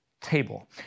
table